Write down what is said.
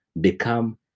become